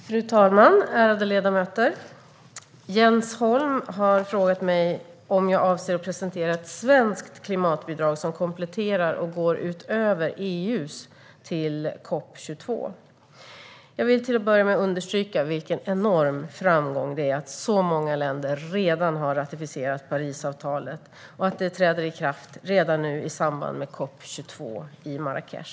Fru talman och ärade ledamöter! Jens Holm har frågat mig om jag avser att presentera ett svenskt klimatbidrag som kompletterar och går utöver EU:s till COP 22. Jag vill till att börja med understryka vilken enorm framgång det är att så många länder redan har ratificerat Pariavtalet och att det nu träder i kraft i samband med COP 22 i Marrakech.